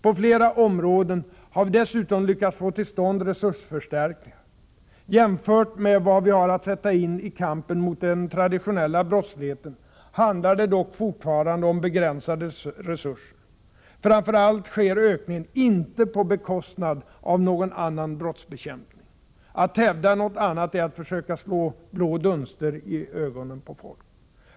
På flera områden har vi dessutom lyckats få till stånd resursförstärkningar. Jämfört med vad vi har att sätta in i kampen mot den traditionella brottsligheten handlar det dock fortfarande om begränsade resurser. Framför allt sker ökningen inte på bekostnad av någon annan brottsbekämpning. Att hävda något annat är att försöka slå blå dunster i ögonen på folk.